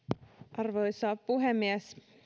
arvoisa puhemies